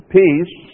peace